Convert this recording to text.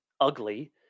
ugly